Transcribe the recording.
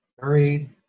buried